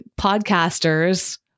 podcasters